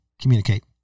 communicate